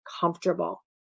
comfortable